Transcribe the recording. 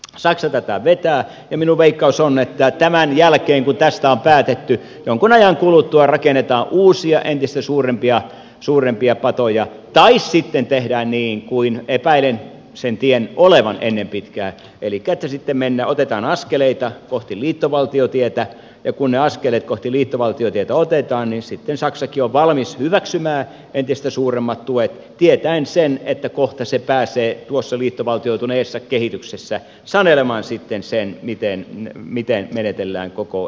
saksa tätä vetää ja minun veikkaukseni on että tämän jälkeen kun tästä on päätetty jonkun ajan kuluttua rakennetaan uusia entistä suurempia patoja tai sitten niin kuin epäilen sen tien olevan ennen pitkää otetaan askeleita kohti liittovaltiotietä ja kun ne askelet kohti liittovaltiotietä otetaan niin sitten saksakin on valmis hyväksymään entistä suuremmat tuet tietäen sen että kohta se pääsee tuossa liittovaltioituneessa kehityksessä sanelemaan sen miten menetellään koko euroalueella